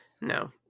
no